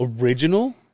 Original